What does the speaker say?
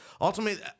ultimately –